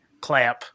Clamp